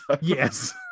Yes